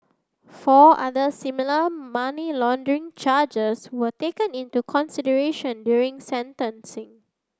four other similar money laundering charges were taken into consideration during sentencing